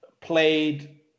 played –